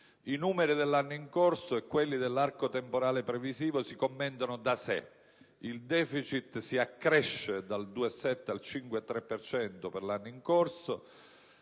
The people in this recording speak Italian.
I numeri dell'anno in corso e quelli dell'arco temporale previsivo si commentano da sé. Il deficit cresce dal 2,7 al 5,3 per cento per l'anno in corso,